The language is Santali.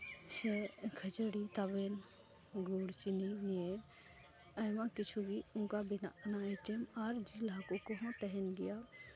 ᱥᱮ ᱠᱷᱟᱹᱡᱟᱹᱲᱤ ᱛᱟᱵᱮᱱ ᱜᱩᱲ ᱪᱤᱱᱤ ᱱᱤᱭᱮ ᱟᱭᱢᱟ ᱠᱤᱪᱷᱩ ᱜᱮ ᱚᱱᱠᱟ ᱵᱮᱱᱟᱜ ᱠᱟᱱᱟ ᱟᱭᱴᱮᱢ ᱟᱨ ᱡᱤᱞ ᱦᱟᱹᱠᱩ ᱠᱚᱦᱚᱸ ᱛᱟᱦᱮᱱ ᱜᱮᱭᱟ